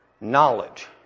Knowledge